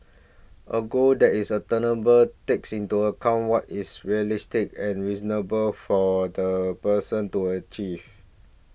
a goal that is attainable takes into account what is realistic and reasonable for the person to achieve